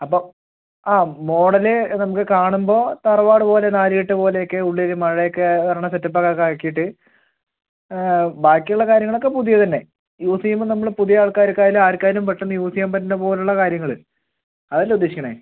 അപ്പോൾ ആ മോഡല് നമുക്ക് കാണുമ്പോൾ തറവാട് പോലെ നാലുകെട്ട് പോലെയൊക്കെ ഉള്ളിൽ മഴയൊക്കെ വരണ സെറ്റപ്പൊക്കെ ആക്കിയിട്ട് ബാക്കിയുള്ള കാര്യങ്ങളൊക്കെ പുതിയതുതന്നെ യൂസ് ചെയ്യുമ്പോൾ നമ്മൾ പുതിയ ആൾക്കാർക്കായാലും ആർക്കായാലും പെട്ടന്ന് യൂസ് ചെയ്യൻ പറ്റുന്നപോലുള്ള കാര്യങ്ങൾ അതല്ലേ ഉദ്ദേശിക്കണത്